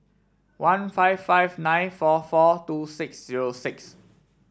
one five five nine four four two six zero six